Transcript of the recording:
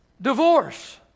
Divorce